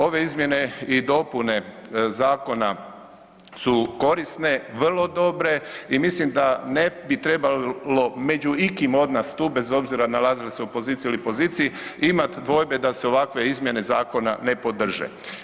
Ove izmjene i dopune zakona su korisne, vrlo dobro i mislim da ne bi trebalo među ikim od nas tu bez obzira nalazili se u opoziciji ili poziciji imat dvojbe da se ovakve izmjene zakona ne podrže.